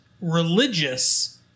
religious